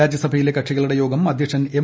രാജ്യസഭയിലെ കക്ഷികളുടെ യോഗം അധൃക്ഷൻ എം